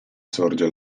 sorge